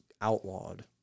outlawed